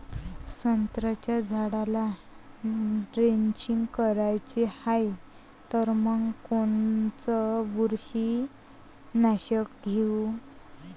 संत्र्याच्या झाडाला द्रेंचींग करायची हाये तर मग कोनच बुरशीनाशक घेऊ?